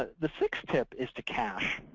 the sixth tip is to cache.